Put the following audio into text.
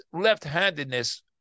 left-handedness